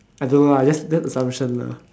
I don't know lah that that's assumption lah